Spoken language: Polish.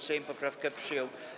Sejm poprawkę przyjął.